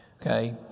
Okay